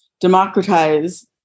democratize